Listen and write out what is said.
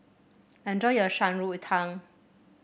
enjoy your Shan Rui Tang